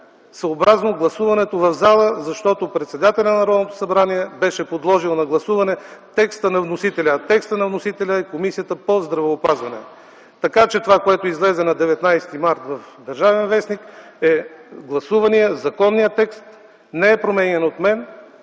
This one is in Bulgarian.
съобразно гласуването в залата, защото председателят на Народното събрание беше подложил на гласуване текста на вносителя, а текстът на вносителя е на Комисията по здравеопазване. Така че това, което излезе на 19 март в „Държавен вестник”, е гласуваният, законният текст. Не е променян от мен,